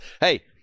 Hey